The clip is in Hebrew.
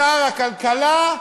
שר הכלכלה,